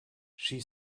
she